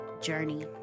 journey